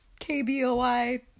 KBOI